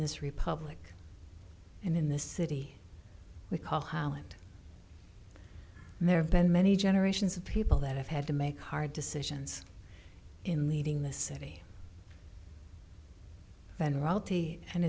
this republic and in the city we call holland and there have been many generations of people that have had to make hard decisions in leading this city than royalty and